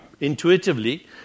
intuitively